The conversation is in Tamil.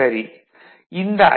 சரி இந்த ஐ